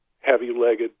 heavy-legged